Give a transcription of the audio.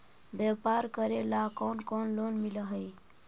व्यापार करेला कौन कौन लोन मिल हइ?